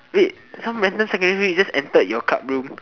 wait some random secondary just entered your club room